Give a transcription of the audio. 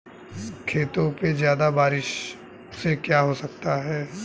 खेतों पे ज्यादा बारिश से क्या हो सकता है?